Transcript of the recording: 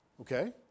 Okay